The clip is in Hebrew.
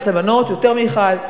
צריך למנות יותר מאחד,